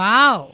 Wow